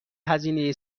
هزینه